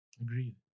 Agreed